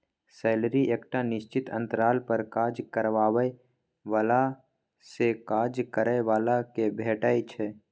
salary एकटा निश्चित अंतराल पर काज करबाबै बलासँ काज करय बला केँ भेटै छै